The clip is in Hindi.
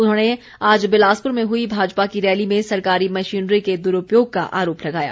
उन्होंने आज बिलासपुर में हुई भाजपा की रैली में सरकारी मशीनरी के दुरूपयोग का आरोप लगाया